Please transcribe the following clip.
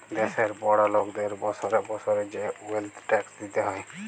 দ্যাশের বড় লকদের বসরে বসরে যে ওয়েলথ ট্যাক্স দিতে হ্যয়